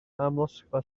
amlosgfa